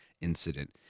incident